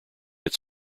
its